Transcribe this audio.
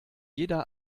jeder